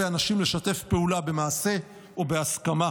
אנשים היו מוכנים לשתף פעולה במעשה או בהסכמה.